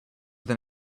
than